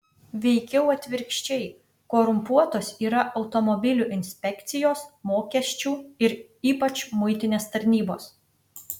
veikiau atvirkščiai korumpuotos yra automobilių inspekcijos mokesčių ir ypač muitinės tarnybos